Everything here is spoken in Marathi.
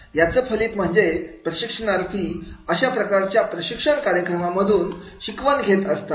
याचं फलित म्हणजे प्रशिक्षणार्थी अशा प्रकारच्या प्रशिक्षण कार्यक्रमांमधून शिकवण घेत असतात